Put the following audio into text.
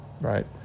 Right